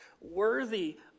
worthy